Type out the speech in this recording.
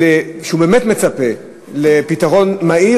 שהוא באמת מצפה לפתרון מהיר,